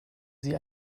sie